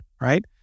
right